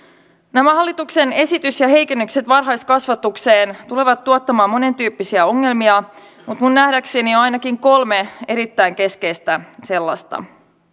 hallituksen esitys ja heikennykset varhaiskasvatukseen tulevat tuottamaan monentyyppisiä ongelmia mutta minun nähdäkseni on ainakin kolme erittäin keskeistä sellaista